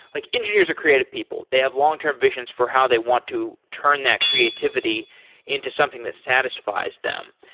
like engineers are creative people. they have long-term visions for how they want to turn that creativity into something that satisfies them.